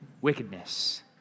Wickedness